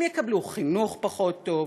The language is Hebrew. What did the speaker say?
הם יקבלו חינוך פחות טוב,